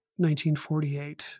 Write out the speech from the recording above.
1948